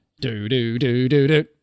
do-do-do-do-do